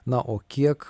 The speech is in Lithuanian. na o kiek